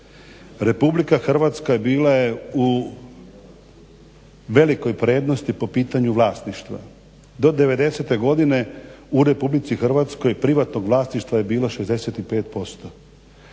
Republika Hrvatska bila je u velikoj prednosti po pitanju vlasništva. Do '90-e godine u RH privatnog vlasništva je bilo 65%.